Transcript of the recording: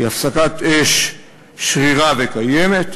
היא הפסקת אש שרירה וקיימת,